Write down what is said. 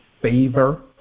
favor